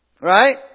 Right